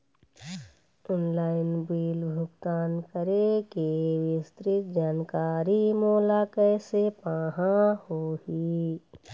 Online bill भुगतान के विस्तृत जानकारी मोला कैसे पाहां होही?